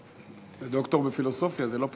אתה ד"ר בפילוסופיה, זה לא פשוט.